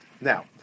Now